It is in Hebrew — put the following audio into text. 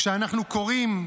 כשאנחנו קוראים,